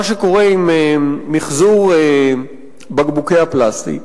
מה שקורה עם מיחזור בקבוקי הפלסטיק.